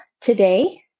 today